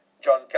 John